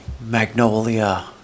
Magnolia